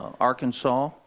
Arkansas